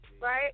Right